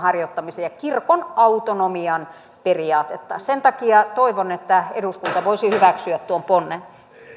harjoittamisen ja kirkon autonomian periaatetta sen takia toivon että eduskunta voisi hyväksyä tuon ponnen